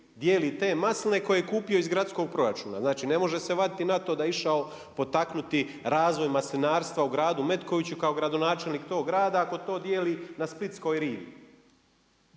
dijeli te masline koje je kupio iz gradskog proračuna. Znači ne može se vaditi na to da je išao potaknuti razvoj maslinarstva u gradu Metkoviću kao gradonačelnik tog grada, ako to dijeli na splitskoj rivi.